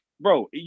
bro